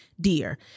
dear